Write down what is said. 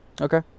Okay